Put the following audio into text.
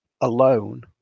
alone